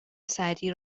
سعدی